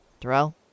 Darrell